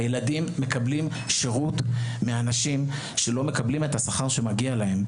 הילדים מקבלים שירות מאנשים שלא מקבלים את השכר שמגיע להם.